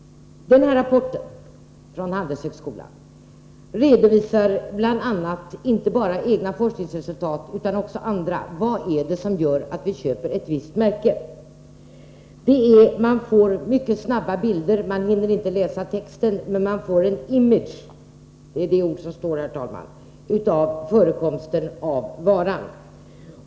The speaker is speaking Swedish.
Rapporten från Handelshögskolan redovisar inte bara egna forskningsresultat utan också andra, t.ex. vad det är som gör att vi köper ett visst märke. Man får mycket snabba bilder, man hinner inte läsa texten, men man får en ”image” — det är det ord som står i rapporten, herr talman — av förekomsten av varan.